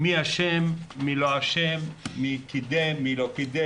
למי אשם, מי לא אשם, מי קידם, מי לא קידם,